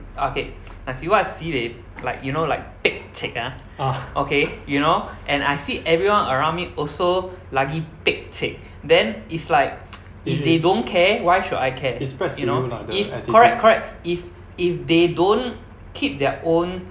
okay like see wa eh sibei like you know like pekcek ah okay you know and I see everyone around me also lagi pekcek then is like if they don't care why should I care if correct correct if if they don't keep their own